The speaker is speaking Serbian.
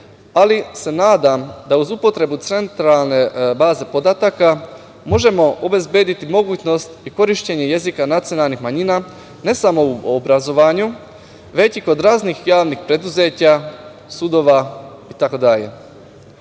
ali se nadam da uz upotrebu centralne baze podataka možemo obezbediti mogućnost korišćenja jezika nacionalnih manjina ne samo u obrazovanju, već i kod raznih javnih preduzeća, sudova i